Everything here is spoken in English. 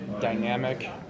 dynamic